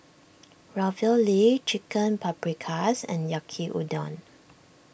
Ravioli Chicken Paprikas and Yaki Udon